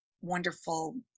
wonderful